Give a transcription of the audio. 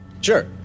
Sure